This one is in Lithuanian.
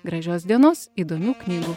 gražios dienos įdomių knygų